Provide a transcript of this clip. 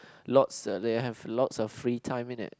lots of they have lots of free time (in it)